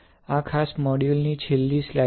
આ ખાસ મોડ્યુલ ની છેલ્લી સ્લાઇડ છે